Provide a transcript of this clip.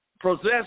possessed